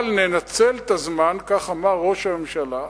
אבל ננצל את הזמן, כך אמר ראש הממשלה,